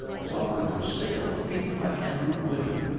is offering for sale a painting by andrew winter.